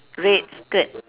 red skirt